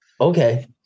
Okay